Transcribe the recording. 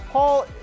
Paul